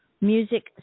music